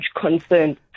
concern